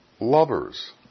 lovers